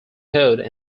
hood